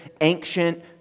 ancient